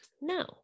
no